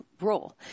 role